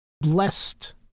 blessed